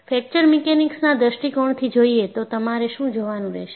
fracture મિકેનિક્સના દૃષ્ટિકોણથી જોયે તો તમારે શું જોવાનું રહેશે